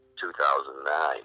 2009